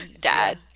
dad